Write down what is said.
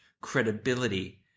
credibility